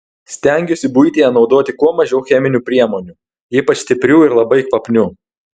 stengiuosi buityje naudoti kuo mažiau cheminių priemonių ypač stiprių ir labai kvapnių